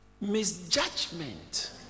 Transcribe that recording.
misjudgment